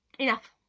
enough!